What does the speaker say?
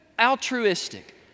altruistic